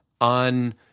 on